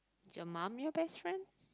is your mum your best friend